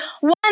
one